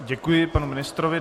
Děkuji panu ministrovi.